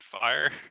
fire